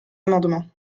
amendement